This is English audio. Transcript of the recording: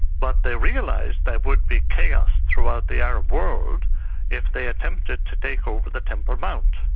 but they realised there would be chaos throughout the arab world if they attempted to take over the temple mount.